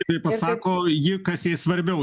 tai pasako ji kas jai svarbiau